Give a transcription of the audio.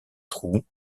trous